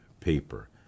paper